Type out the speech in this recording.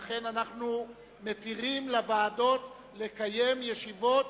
לכן, אנחנו מתירים לוועדות לקיים ישיבות